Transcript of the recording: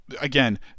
again